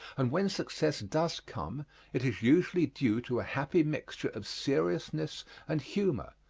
and when success does come it is usually due to a happy mixture of seriousness and humor,